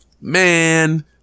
man